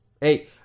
Hey